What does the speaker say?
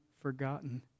forgotten